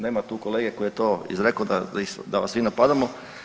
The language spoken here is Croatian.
Nema tu kolege koji je to izrekao da vas svi napadamo.